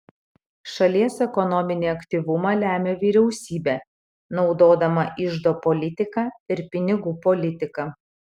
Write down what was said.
šalies ekonominį aktyvumą lemia vyriausybė naudodama iždo politiką ir pinigų politiką